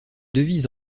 devise